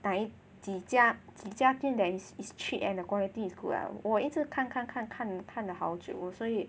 那几家几家店 that is is cheap and the quality is good lah 我一直看看看看了好久所以